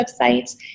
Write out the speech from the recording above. website